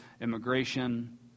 immigration